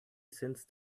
since